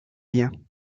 biens